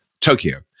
Tokyo